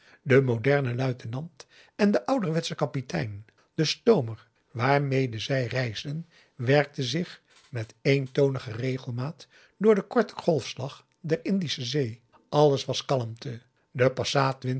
de moderne luitenant en de ouderwetsche kapitein de stoomer waarmede zij reisden werkte zich met eentonige regelmaat door den korten golfslag der indische zee alles was kalmte de